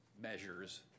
measures